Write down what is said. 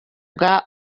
bwa